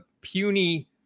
puny